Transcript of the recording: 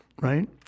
right